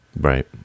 Right